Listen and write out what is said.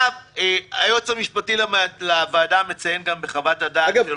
היועץ המשפטי לוועדה מציין בחוות-הדעת שלו --- אגב,